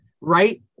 right